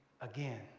again